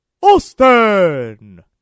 Austin